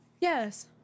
Yes